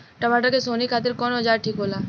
टमाटर के सोहनी खातिर कौन औजार ठीक होला?